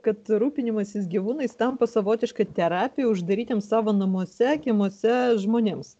kad rūpinimasis gyvūnais tampa savotiška terapija uždarytiems savo namuose kiemuose žmonėms